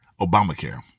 Obamacare